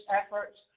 efforts